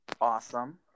awesome